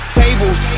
tables